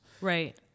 Right